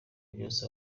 byose